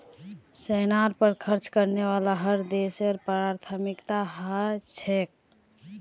सेनार पर खर्च करना हर देशेर प्राथमिकता ह छेक